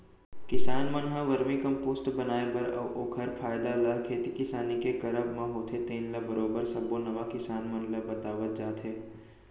किसान मन ह वरमी कम्पोस्ट बनाए बर अउ ओखर फायदा ल खेती किसानी के करब म होथे तेन ल बरोबर सब्बो नवा किसान मन ल बतावत जात हे